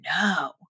no